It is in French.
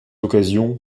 occasion